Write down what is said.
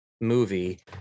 movie